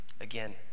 Again